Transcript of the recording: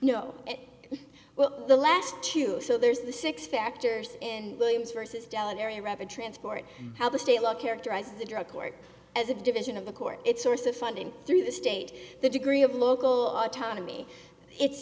it well the last two so there's the six factors and williams vs down area rapid transport how the state law characterizes the drug court as a division of the court its source of funding through the state the degree of local autonomy it's